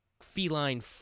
feline